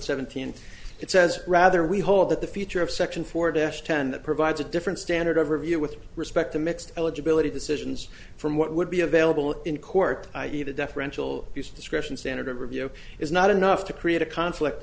seventeen it says rather we hold that the feature of section four dash ten that provides a different standard overview with respect to mixed eligibility decisions from what would be available in court i e the deferential use discretion standard of review is not enough to create a conflict